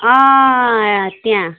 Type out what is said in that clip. अँ त्यहाँ